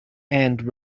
and